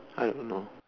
I don't know